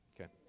Okay